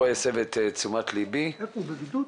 הוא בבידוד?